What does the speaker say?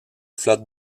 flotte